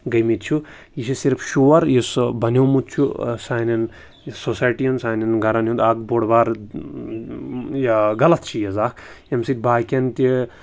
گٔمٕتۍ چھُ یہِ چھِ صرف شور یُس سُہ بَنیومُت چھُ سانٮ۪ن سوسایٹی یَن سانٮ۪ن گَرَن ہُنٛد اَکھ بوٚڑ بار یہِ غلط چیٖز اَکھ ییٚمہِ سۭتۍ باقٕیَن تہِ